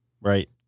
right